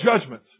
judgment